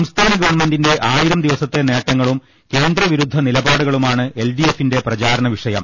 സംസ്ഥാന ഗവൺമെന്റിന്റെ ആയിരം ദിവസത്തെ നേട്ടങ്ങളും കേന്ദ്ര വിരുദ്ധ നിലപാടുകളുമാണ് എൽ ഡി എഫിന്റെ പ്രചാരണ വിഷയം